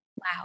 Wow